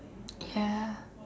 ya